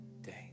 day